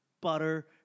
Butter